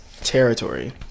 territory